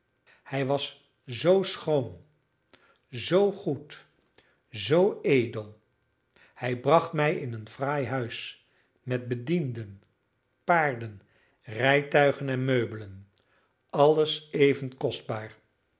hij was zoo schoon zoo goed zoo edel hij bracht mij in een fraai huis met bedienden paarden rijtuigen en meubelen alles even kostbaar